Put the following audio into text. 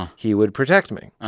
he would protect me.